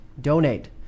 donate